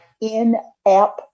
in-app